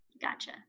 Gotcha